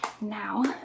now